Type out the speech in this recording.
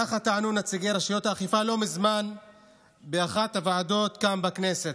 ככה טענו נציגי רשויות האכיפה לא מזמן באחת הוועדות כאן בכנסת.